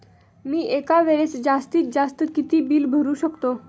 मी एका वेळेस जास्तीत जास्त किती बिल भरू शकतो?